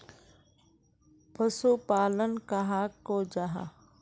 पशुपालन कहाक को जाहा?